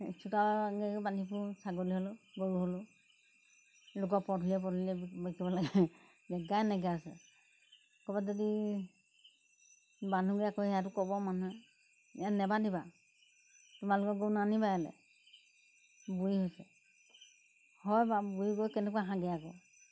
তাৰপিছত আৰু এনেকৈ এনেকৈ বান্ধি ফুৰোঁ ছাগলী হ'লেও গৰু হ'লেও লোকৰ পদূলিয়ে পদূলিয়ে বিকিব লাগে জেগাই নাইকিয়া হৈছে ক'ৰবাত যদি বান্ধোঁগৈ আকৌ সেইয়াতো ক'ব মানুহে ইয়াত নেবান্ধিবা তোমালোকৰ গৰু নানিবা ইয়ালৈ বুঢ়ী হৈছে হয় বাৰু বুঢ়ী গৰুক কেনেকোৱা ঘাঁহ দিয়ে আকৌ